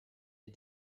est